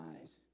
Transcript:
eyes